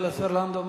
תודה לשר לנדאו.